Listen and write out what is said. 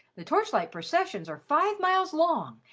the torch-light processions are five miles long,